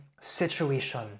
situation